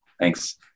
Thanks